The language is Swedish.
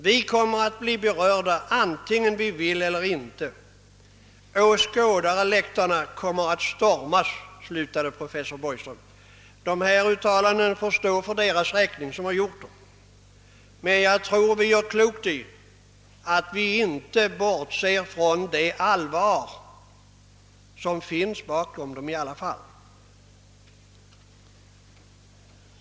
Vi kommer att bli berörda antingen vi vill eller inte. Åskådarläktarna kommer att stormas.» Dessa uttalanden får stå för deras räkning som gjort dem, men jag tror vi gör klokt i att inte bortse från det allvar som finns bakom dem.